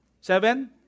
Seven